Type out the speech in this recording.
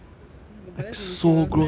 oh my god but that's ridiculous leh